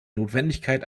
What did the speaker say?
notwendigkeit